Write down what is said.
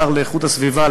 השר לאיכות הסביבה,